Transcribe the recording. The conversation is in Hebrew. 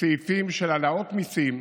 סעיפים של העלאות מיסים,